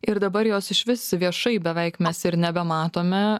ir dabar jos išvis viešai beveik mes ir nebematome